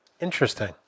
Interesting